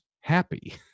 happy